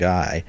Guy